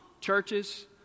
churches